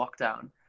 lockdown